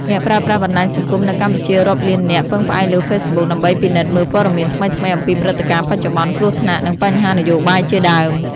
អ្នកប្រើប្រាស់បណ្ដាញសង្គមនៅកម្ពុជារាប់លាននាក់ពឹងផ្អែកលើ Facebook ដើម្បីពិនិត្យមើលពត៌មានថ្មីៗអំពីព្រឹត្តិការណ៍បច្ចុប្បន្ន គ្រោះថ្នាក់ និងបញ្ហានយោបាយជាដើម។